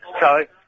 sorry